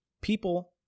people